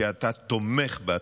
שאתה תומך בה,